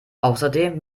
außerdem